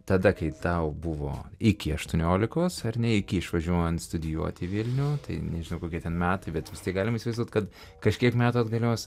tada kai tau buvo iki aštuoniolikos ar ne iki išvažiuojant studijuot į vilnių tai nežinau kokie ten metai bet vis tiek galima įsivaizduot kad kažkiek metų atgalios